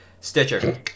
stitcher